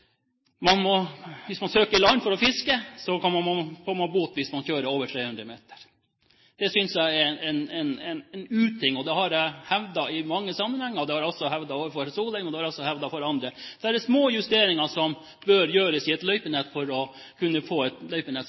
man ikke kan bevege seg mer enn 300 meter fra motorløypa. Ergo: Hvis man søker til land for å fiske, får man bot hvis man kjører over 300 meter. Det synes jeg er en uting. Det har jeg hevdet i mange sammenhenger. Jeg har hevdet det overfor Solheim og også andre. Så det er små justeringer som bør gjøres i et løypenett for å kunne få et løypenett